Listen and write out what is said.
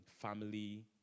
family